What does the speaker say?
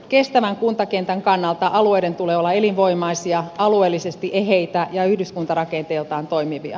kestävän kuntakentän kannalta alueiden tulee olla elinvoimaisia alueellisesti eheitä ja yhdyskuntarakenteeltaan toimivia